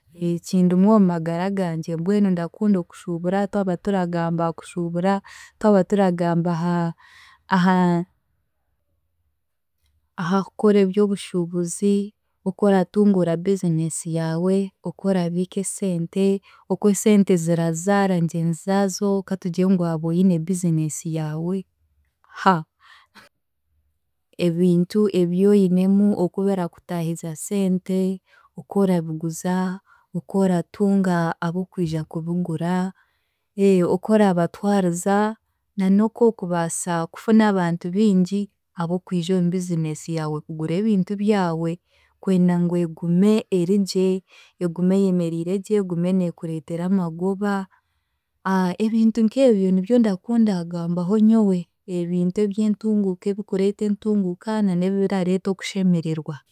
Kindimu omu magara gangye mbwenu ndakunda okushuubura twaba turagamba aha kushuubura, twaba turagaba aha- aha- ahaakukora eby'obushuubuzi, okworatunguura business yaawe, okworabiika esente, okw'esente zirazaara ngyenzi zaazo, katugire ngu waaba oine business yaawe haa ebintu ebi oinemu oku birakutaahiza esente, okworabiguza, okworatunga ab'okwija kubigura, okworabatwariza, na n'okwokubaasa kufuna abantu bingi ab'okwija omu business yaawe kugura ebintu byawe kwenda ngu egume erigye, egume eyemeriiregye, egume neekureetera amagoba ebintu nk'ebyo nibyo ndakunda kugambaho nyowe, ebintu eby'enteunguuka ebikureeta entunguuka na n'ebirareeta okushemererwa.